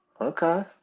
Okay